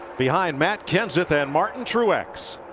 behind matt kenseth and martin truex